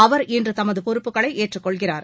அவர் இன்று தமது பொறுப்புகளை ஏற்றுக்கொள்கிறார்